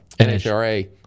NHRA